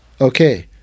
Okay